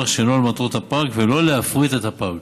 שאינן למטרות הפארק ולא להפריט את הפארק.